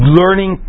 learning